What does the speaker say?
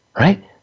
Right